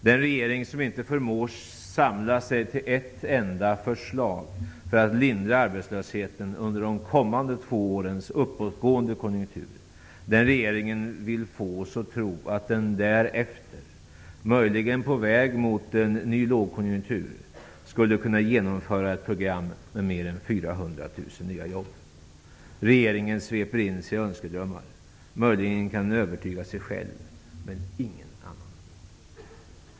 Den regering som inte förmår samla sig till ett enda förslag för att lindra arbetslösheten under de kommande två årens uppåtgående konjunktur vill få oss att tro att den därefter, möjligen på väg mot en ny lågkonjunktur, skulle kunna genomföra ett program med mer än 400 000 nya jobb. Regeringen sveper in sig i önskedrömmar. Möjligen kan den övertyga sig själv -- men ingen annan.